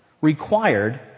required